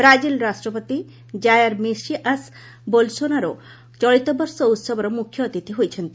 Brazil ରାଷ୍ଟ୍ରପତି Jair Messias Bolsonaro ଚଳିତ ବର୍ଷ ଉତ୍ସବର ମୁଖ୍ୟ ଅତିଥି ହୋଇଛନ୍ତି